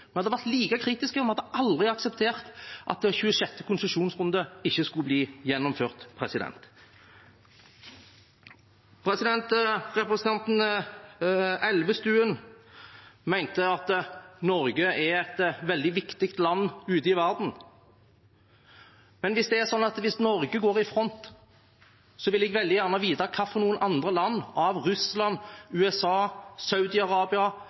aldri akseptert at 26. konsesjonsrunde ikke skulle bli gjennomført. Representanten Elvestuen mente at Norge er et veldig viktig land ute i verden. Men hvis det er sånn at Norge går i front, vil jeg veldig gjerne vite